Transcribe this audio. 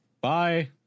bye